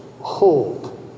hold